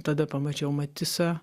tada pamačiau matisą